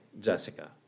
Jessica